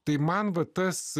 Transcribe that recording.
tai man va tas